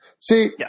See